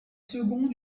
second